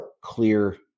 clear